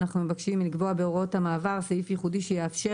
אנחנו מבקשים לקבוע בהוראות המעבר סעיף ייחודי שיאפשר